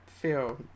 feel